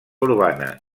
urbana